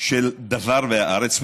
של דבר והארץ,